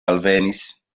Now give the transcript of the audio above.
alvenis